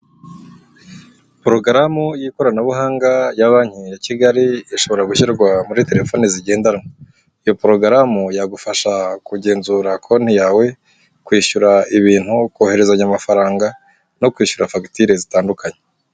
Porogaramu y'ikoranabuhanga ya banki ya Kigali ishobora gushyirwa muri terefone zigendanwa, iyo porogaramu yagufasha kugenzura konti yawe, kwishyura ibintu, kohererezanya amafaranga no kwishyura fagitire zitandukanye